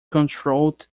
controlled